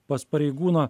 pas pareigūną